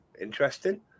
interesting